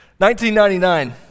1999